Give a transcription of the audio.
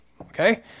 Okay